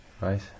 Right